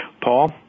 Paul